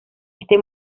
este